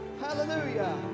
Hallelujah